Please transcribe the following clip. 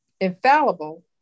infallible